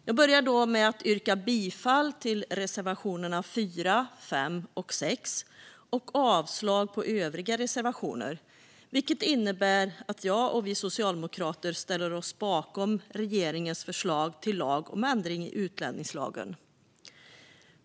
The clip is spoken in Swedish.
Jag börjar med att yrka bifall till reservationerna 4, 5 och 6 och avslag på övriga reservationer, vilket innebär att jag och vi socialdemokrater ställer oss bakom regeringens förslag till lag om ändring i utlänningslagen.